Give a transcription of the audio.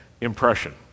impression